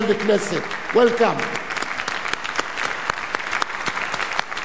(מחיאות כפיים)